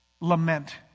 lament